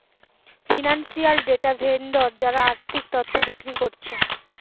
financial data vendor যারা আর্থিক তথ্য বিক্রি কোরছে